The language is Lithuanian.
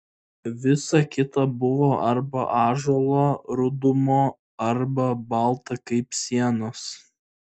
visa kita buvo arba ąžuolo rudumo arba balta kaip sienos